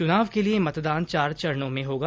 चुनाव के लिए मतदान चार चरणों में होगा